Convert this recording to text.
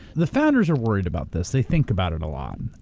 the founders are worried about this, they think about it a lot.